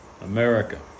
America